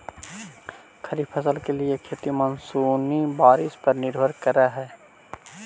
खरीफ फसल के लिए खेती मानसूनी बारिश पर निर्भर करअ हई